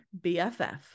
BFF